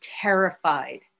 terrified